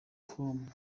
com